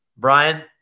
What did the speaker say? Brian